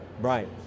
Right